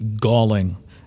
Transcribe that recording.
galling